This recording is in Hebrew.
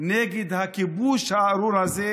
נגד הכיבוש הארור הזה,